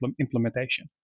implementation